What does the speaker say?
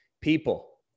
people